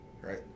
right